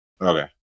Okay